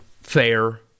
fair